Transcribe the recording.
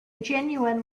genuine